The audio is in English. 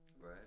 Right